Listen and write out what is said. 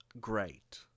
great